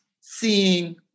seeing